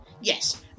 Yes